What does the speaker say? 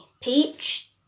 Peach